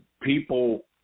people